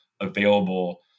available